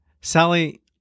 Sally